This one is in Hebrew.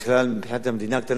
מבחינת המדינה הקטנה שלנו,